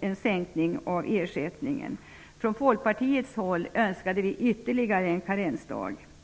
genomfördes. Från Folkpartiets sida önskade vi ytterligare en karensdag.